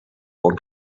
und